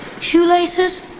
Shoelaces